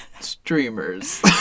streamers